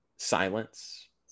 silence